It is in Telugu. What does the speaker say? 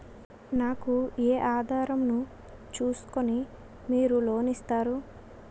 నాకు ఏ ఆధారం ను చూస్కుని మీరు లోన్ ఇస్తారు?